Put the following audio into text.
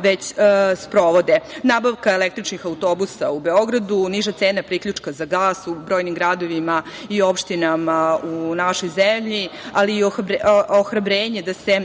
već sprovode. Nabavka električnih autobusa u Beogradu, niže cene priključka za gas u brojnim gradovima i opštinama u našoj zemlji, ali i ohrabrenje da se